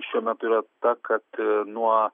šiuo metu yra ta kad nuo